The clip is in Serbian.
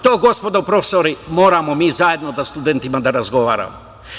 To, gospodo profesori, moramo mi zajedno sa studentima da razgovaramo.